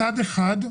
מצד אחד,